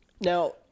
Now